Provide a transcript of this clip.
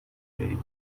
بریم